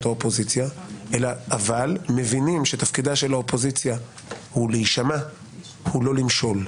האופוזיציה אבל מבינים שתפקידה של האופוזיציה הוא להישמע ולא למשול.